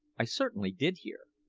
i certainly did hear,